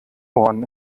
horn